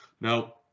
Now